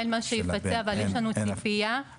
אין מה שיפצה אבל יש לנו ציפייה כן למנוע את התאונות הבאות.